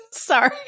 Sorry